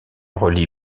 relie